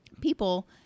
people